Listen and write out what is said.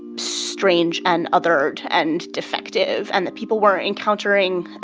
strange and othered and defective, and that people were encountering